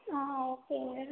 ஓகேங்க